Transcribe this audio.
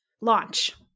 launch